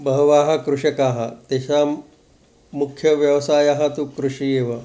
बहवः कृषकाः तेषां मुख्यः व्यवसायः तु कृषिः एव